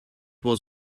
was